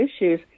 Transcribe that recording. issues